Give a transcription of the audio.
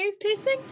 piercing